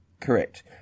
Correct